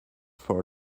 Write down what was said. four